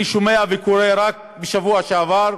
אני שומע וקורא, רק בשבוע שעבר,